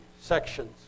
sections